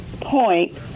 point